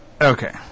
Okay